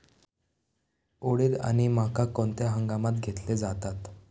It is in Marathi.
उडीद आणि मका कोणत्या हंगामात घेतले जातात?